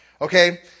okay